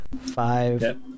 Five